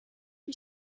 wie